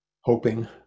Hoping